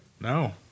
No